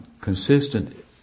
consistent